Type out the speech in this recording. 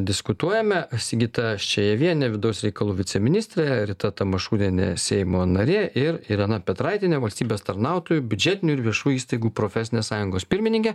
diskutuojame sigita ščejevienė vidaus reikalų viceministrė rita tamašunienė seimo narė ir irena petraitienė valstybės tarnautojų biudžetinių ir viešų įstaigų profesinės sąjungos pirmininkė